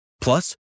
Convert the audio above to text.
Plus